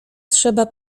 trzeba